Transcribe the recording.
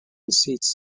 seats